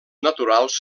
naturals